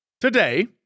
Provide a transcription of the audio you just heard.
Today